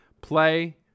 play